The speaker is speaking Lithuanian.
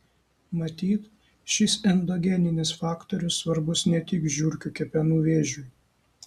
matyt šis endogeninis faktorius svarbus ne tik žiurkių kepenų vėžiui